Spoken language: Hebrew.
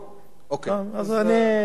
אז זה יהיה קצר.